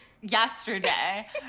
yesterday